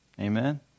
Amen